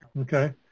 Okay